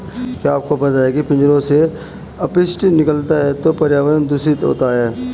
क्या आपको पता है पिंजरों से अपशिष्ट निकलता है तो पर्यावरण दूषित होता है?